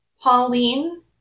Pauline